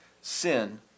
Sin